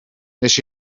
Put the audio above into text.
wnes